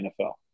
NFL